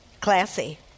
Classy